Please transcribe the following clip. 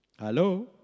Hello